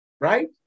right